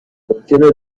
ممکنه